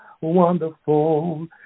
wonderful